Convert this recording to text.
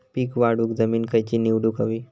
पीक वाढवूक जमीन खैची निवडुक हवी?